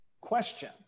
question